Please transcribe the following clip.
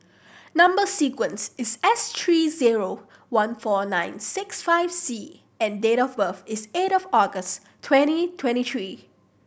number sequence is S three zero one four nine six five C and date of birth is eight of August twenty twenty three